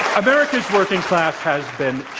america's working class has been